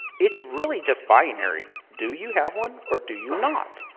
it's really just binary. do you have one or do you not.